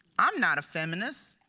i'm not a feminist.